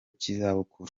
cy’izabuku